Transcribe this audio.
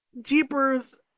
jeepers